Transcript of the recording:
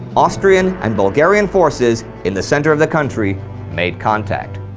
austrian and bulgarian forces in the center of the country made contact.